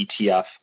ETF